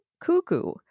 cuckoo